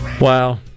Wow